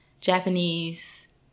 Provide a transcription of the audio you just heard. Japanese